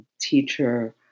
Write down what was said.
teacher